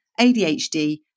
ADHD